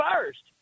first